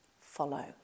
follow